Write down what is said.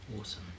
Awesome